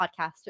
podcast